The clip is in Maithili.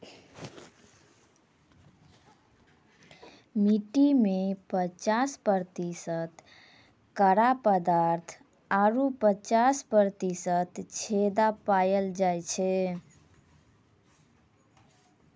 मट्टी में पचास प्रतिशत कड़ा पदार्थ आरु पचास प्रतिशत छेदा पायलो जाय छै